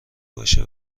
باشه